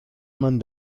man